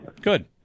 Good